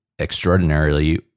extraordinarily